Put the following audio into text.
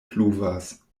pluvas